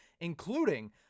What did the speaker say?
including